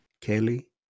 Kelly